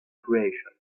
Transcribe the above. creation